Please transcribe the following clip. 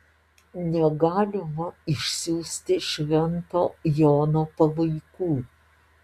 negalima išsiųsti švento jono palaikų